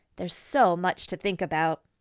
there's so much to think about!